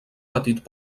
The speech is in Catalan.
petit